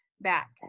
back